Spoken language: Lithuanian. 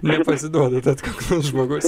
nepasiduodat atkaklus žmogus